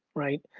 right?